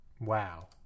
Wow